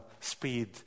speed